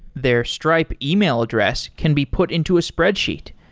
their stripe email address can be put into a spreadsheet,